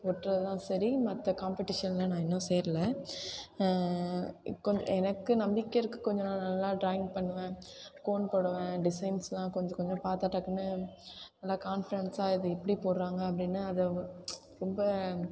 ஒட்டுறதுதான் சரி மற்ற காம்பட்டீஷனில் நான் இன்னும் சேரல எனக்கு நம்பிக்கை இருக்குது கொஞ்சம் நான் நல்லா ட்ராயிங் பண்ணுவேன் கோன் போடுவேன் டிசைன்ஸ்லாம் கொஞ்சம் கொஞ்சம் பார்த்தா டக்குன்னு நல்லா கான்ஃபிடன்ஸாக இது எப்படி போடுறாங்க அப்படின்னு அதை ரொம்ப